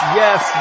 yes